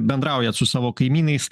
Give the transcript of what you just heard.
bendraujat su savo kaimynais